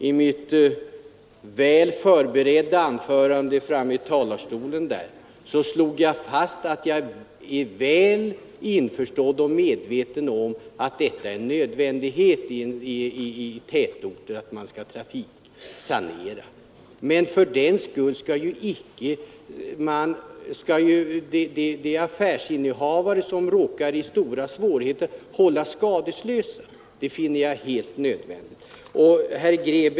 I mitt väl förberedda anförande som jag höll från talarstolen stod jag fast vid att jag är väl medveten om att trafiksaneringar är nödvändiga i tätorter, men skall fördenskull inte de affärsinnehavare som därigenom råkar i stora svårigheter hållas skadeslösa? Detta finner jag helt nödvändigt.